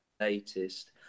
latest